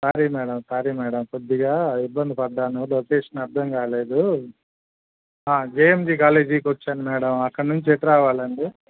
sorry madam sorry madam కొద్దిగా ఇబ్బంది పడ్డాను లొకేషన్ అర్థం కాలేదు జేఎంజి కాలేజీకి వచ్చాను మేడం అక్కడి నుంచి ఎటు రావాలండి